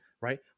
right